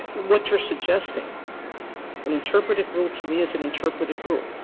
what you're suggesting an interpretative rule to me is an interpretative rule.